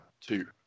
two